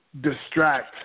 distract